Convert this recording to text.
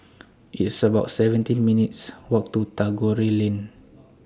It's about seventeen minutes' Walk to Tagore Road